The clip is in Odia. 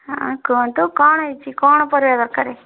ହଁ କୁହନ୍ତୁ କ'ଣ ହେଇଛି କ'ଣ ପରିବା ଦରକାର